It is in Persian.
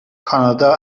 کانادا